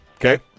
Okay